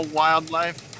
wildlife